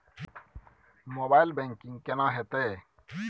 Mobile banking केना हेते?